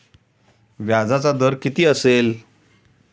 व्याजाचा दर किती असेल?